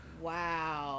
Wow